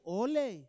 ole